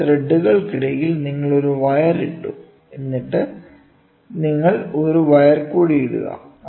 2 ത്രെഡുകൾക്കിടയിൽ നിങ്ങൾ ഒരു വയർ ഇട്ടു എന്നിട്ട് നിങ്ങൾ ഒരു വയർ കൂടി ഇടുക